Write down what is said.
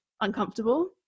uncomfortable